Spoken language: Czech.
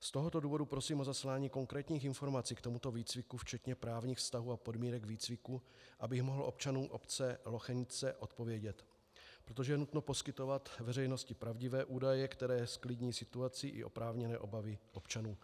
Z tohoto důvodu prosím o zaslání konkrétních informací k tomuto výcviku včetně právních vztahů a podmínek výcviku, abych mohl občanům obce Lochenice odpovědět, protože je nutno poskytovat veřejnosti pravdivé údaje, které zklidní situaci i oprávněné obavy občanů.